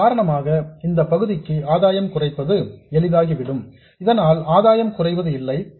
இதன் காரணமாக இந்த பகுதிக்கு ஆதாயம் குறைப்பது எளிதாகும் இதனால் ஆதாயம் குறைவது இல்லை